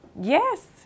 Yes